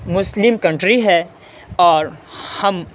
مسلم country ہے اور ہم